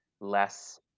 less